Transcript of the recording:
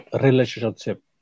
relationship